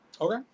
Okay